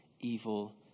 evil